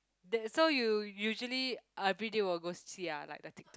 that so you usually uh video or go see see ah like the Tik Tok